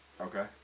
Okay